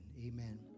amen